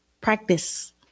Practice